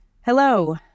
Hello